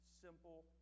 simple